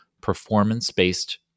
performance-based